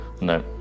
No